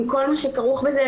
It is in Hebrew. עם כל מה שכרוך בזה,